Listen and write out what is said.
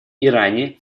иране